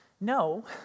No